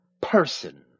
person